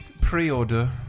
Pre-order